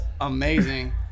amazing